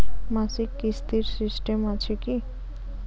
মাসিক কিস্তির সিস্টেম আছে কি?